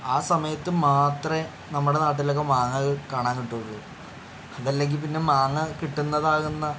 ആ സമയത്ത് മാത്രമേ നമ്മുടെ നാട്ടിലൊക്കെ മാങ്ങ കാണാൻ കിട്ടുകയുള്ളു അത് അല്ലെങ്കിൽ പിന്നെ മാങ്ങ കിട്ടുന്നതാകുന്ന